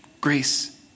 grace